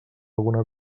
alguna